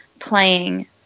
playing